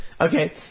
Okay